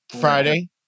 Friday